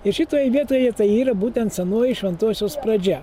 ir šitoje vietoje tai yra būtent senoji šventosios pradžia